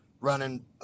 running